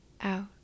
out